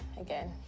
again